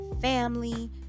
family